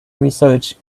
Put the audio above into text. research